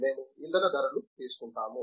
మేము ఇంధన ధరలు తీసుకుంటాము